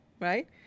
right